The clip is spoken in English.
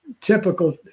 typical